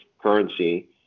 currency